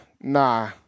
nah